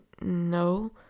no